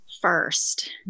first